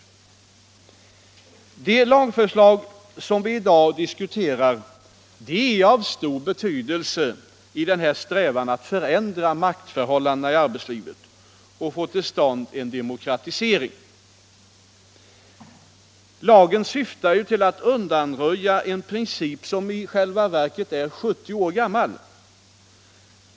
Det lagförslag som vi i dag diskuterar är av stor betydelse för strävan att förändra maktförhållandena i arbetslivet och få till stånd en demokratisering. Lagen syftar till att undanröja en princip som i själva verket är 70 år gammal.